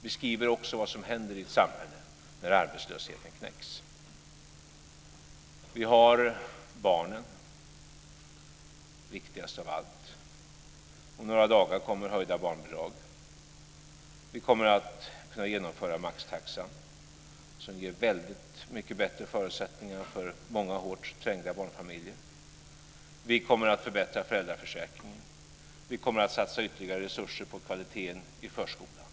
Vi skriver också vad som händer i ett samhälle där arbetslösheten knäcks. Vi har barnen - viktigast av allt. Om några dagar kommer höjda barnbidrag. Vi kommer att kunna genomföra maxtaxan, som ger väldigt mycket bättre förutsättningar för många hårt trängda barnfamiljer. Vi kommer att förbättra föräldraförsäkringen och vi kommer att satsa ytterligare resurser på kvaliteten i förskolan.